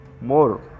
more